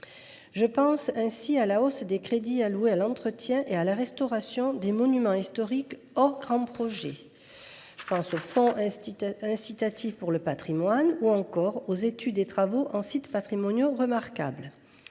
Je pense à la hausse des crédits alloués à l’entretien et à la restauration des monuments historiques, hors grands projets, au fonds incitatif pour le patrimoine ou encore aux études et travaux dédiés aux sites patrimoniaux remarquables.